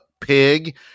pig